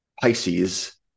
Pisces